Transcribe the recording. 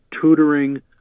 tutoring